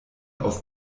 aus